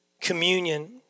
communion